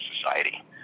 society